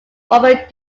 robert